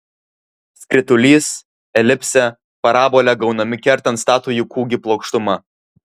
skritulys elipsė parabolė gaunami kertant statųjį kūgį plokštuma